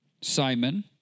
Simon